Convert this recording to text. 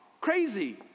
Crazy